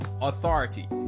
Authority